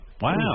wow